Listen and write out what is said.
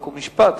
חוק ומשפט,